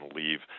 leave